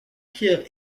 pierre